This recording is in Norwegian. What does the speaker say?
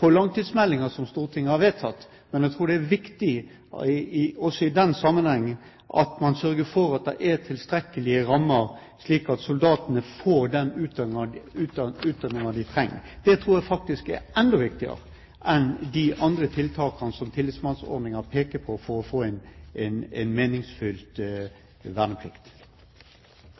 på langtidsmeldingen som Stortinget har vedtatt, men jeg tror det er viktig, også i den sammenheng, at man sørger for at det er tilstrekkelige rammer, slik at soldatene får den utdanningen de trenger. Det tror jeg faktisk er enda viktigere enn de andre tiltakene som Tillitsmannsordningen peker på for å få en